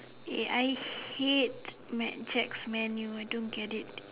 eh I hate mad jacks man you know I don't get it